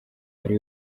ari